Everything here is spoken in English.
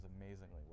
amazingly